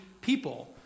people